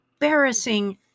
embarrassing